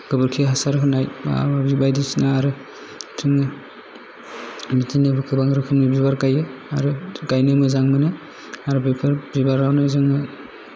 गोबोरखि हासार होनाय माबा माबि बायदिसिना आरो बिदिनो बिदिनो गोबां रोखोमनि बिबार गायो आरो गायनो मोजां मोनो आरो बेफोर बिबारावनो जोङो